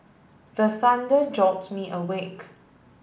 the thunder jolt me awake